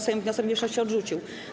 Sejm wniosek mniejszości odrzucił.